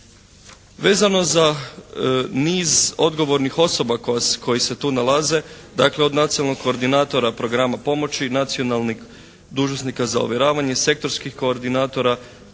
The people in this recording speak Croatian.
Vezano za niz odgovornih osoba koji se tu nalaze, dakle od nacionalnog koordinatora programa pomoći, nacionalnih dužnosnika za ovjeravanja sektorskih koordinatora,